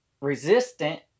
resistant